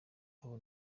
aba